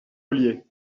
ollier